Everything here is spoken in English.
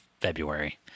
february